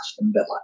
Villa